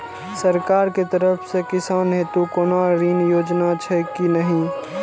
सरकार के तरफ से किसान हेतू कोना ऋण योजना छै कि नहिं?